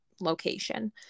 location